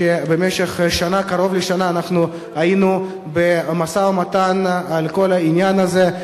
שבמשך קרוב לשנה היינו במשא-ומתן על כל העניין הזה,